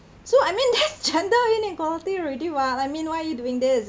so I mean that's gender inequality already [what] I mean why are you doing this